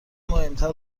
مهمتر